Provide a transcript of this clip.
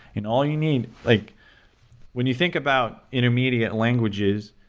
and all you need like when you think about intermediate languages,